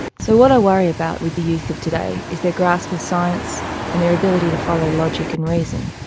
so what i worry about with the youth of today is their grasp of science and their ability to follow logic and reason.